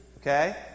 Okay